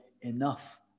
enough